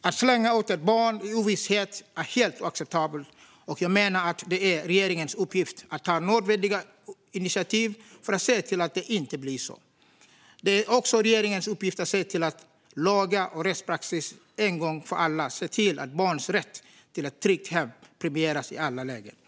Att slänga ut ett barn i ovisshet är helt oacceptabelt, och jag menar att det är regeringens uppgift att ta nödvändiga initiativ för att se till att det inte blir så. Det är också regeringens uppgift att se till att lagar och rättspraxis en gång för alla ser till att barns rätt till ett tryggt hem premieras i alla lägen.